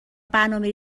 برنامه